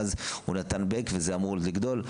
ואז הוא נתן "בק" וזה אמור לגדול.